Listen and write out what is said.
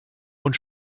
und